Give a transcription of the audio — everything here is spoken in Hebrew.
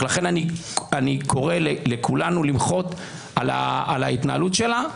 לכן אני קורא לכולנו למחות על ההתנהלות שלה.